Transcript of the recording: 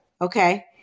Okay